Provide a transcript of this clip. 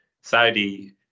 Saudi